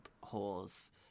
holes